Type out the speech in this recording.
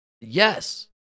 Yes